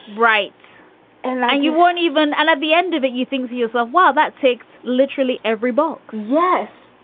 right and you won't even and at the end of it, you think to yourself, wow, that takes literally every box. yes